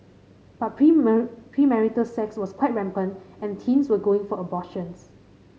but premarital sex was quite rampant and teens were going for abortions